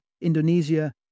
Indonesia